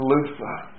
Luther